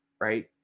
right